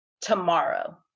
tomorrow